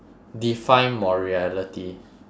define morality